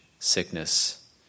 sickness